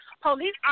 police